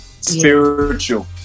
spiritual